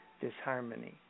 disharmony